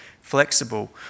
flexible